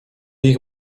ich